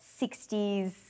60s